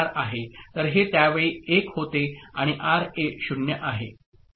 तर हे त्यावेळी 1 होते आणि आरए 0 आहे